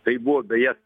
tai buvo beje